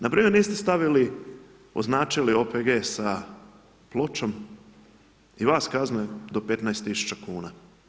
Npr. niste stavili, označi OPG sa pločom i vas kazne do 15 tisuća kuna.